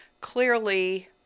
Clearly